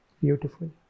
Beautiful